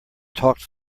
talked